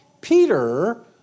Peter